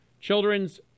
Children's